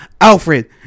Alfred